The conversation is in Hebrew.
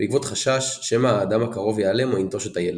בעקבות חשש שמא האדם הקרוב ייעלם או ינטוש את הילד.